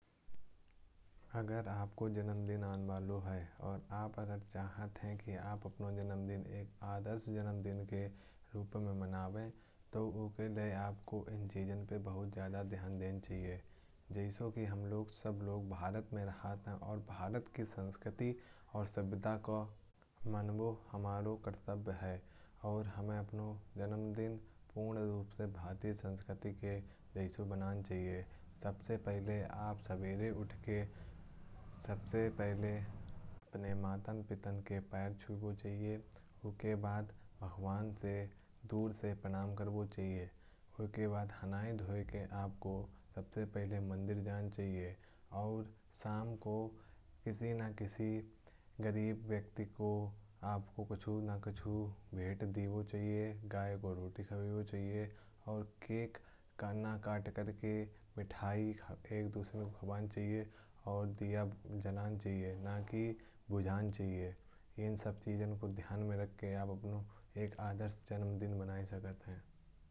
अगर आपको जन्मदिन आने वाला है और आप चाहते हैं। कि आप अपना जन्मदिन एक आदर्श जन्मदिन के रूप में मनाएं। तो इसके लिए आपको इन पे बहुत ज़्यादा ध्यान देना चाहिए। जैसे कि हम सब लोग भारत में रखते हैं। और भारत की संस्कृति और सभ्यता को समझते हैं। मानना हमारा कर्तव्य है। और हमें अपना जन्मदिन पूरी तरह से भारतीय संस्कृति के जैसा बनाना चाहिए। सबसे पहले आप सवेरे उठकर सबसे पहले अपने माता पिता के पैर छूना। उसके बाद भगवान से दूर से प्रणाम करो। फिर उसके बाद हनाई धोये के बाद आपको सबसे पहले मंदिर जाना चाहिए। और शाम को किसी न किसी गरीब व्यक्ति को कुछ न कुछ भेंट देना चाहिए। वो चाहिए गाय को रोटी देना भी हो सकता है और केक काट कर। मिठाई एक दूसरे को देना और दिया जलाना चाहिए न कि भोग लगाना। इन सब चीज़ों को ध्यान में रखकर आप अपना एक आदर्श जन्मदिन मना सकते हैं।